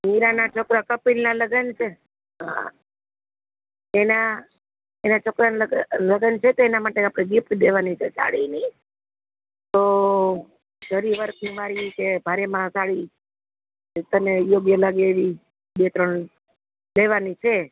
નીરાના છોકરા કપિલના લગન છે હા એના એના છોકરાંના છે તે એના માટે ગિફ્ટ દેવાની છે સાડીની તો ઝરી વર્કથી મારી ઇકે ભારેમાં સાડી એ તને યોગ્ય લાગે એવી બે ત્રણ લેવાની છે